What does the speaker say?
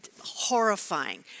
horrifying